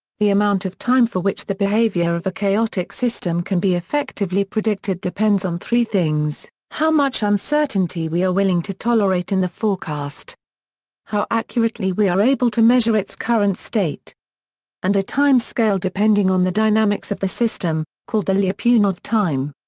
the amount of time for which the behavior of a chaotic system can be effectively predicted depends on three things how much uncertainty we are willing to tolerate in the forecast how accurately we are able to measure its current state and a time scale depending on the dynamics of the system, called the lyapunov time.